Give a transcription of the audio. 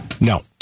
No